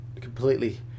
completely